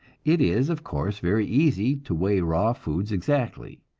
it is, of course, very easy to weigh raw foods exactly,